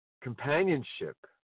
companionship